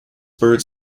birds